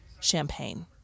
champagne